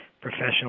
professional